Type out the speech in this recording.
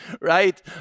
right